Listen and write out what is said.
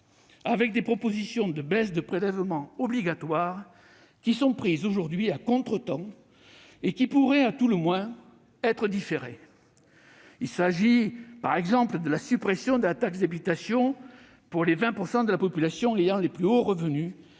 avec des propositions de baisse de prélèvements obligatoires, qui sont prises aujourd'hui à contretemps et qui pourraient, à tout le moins, être différées. Il s'agit, par exemple, de la suppression de la taxe d'habitation pour les 20 % de la population ayant les plus hauts revenus,